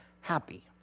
happy